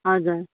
हजुर